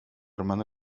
hermana